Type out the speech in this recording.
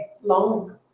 long